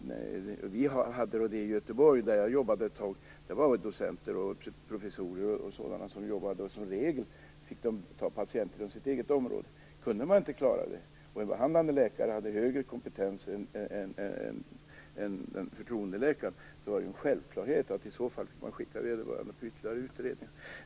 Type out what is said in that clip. I Göteborg, där jag jobbade ett tag, hade vi docenter, professorer etc. Som regel fick de ta patienter från sitt eget område. Kunde man inte klara detta och en behandlande läkare hade högre kompetens än förtroendeläkaren var det en självklarhet att skicka vederbörande på ytterligare utredning.